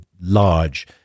large